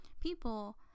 people